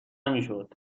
میشد